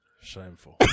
Shameful